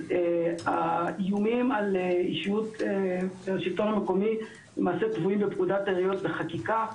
אז האיומים על אנשי השלטון המקומי למעשה צבועים בפקודת העיריות בחקיקה,